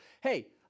hey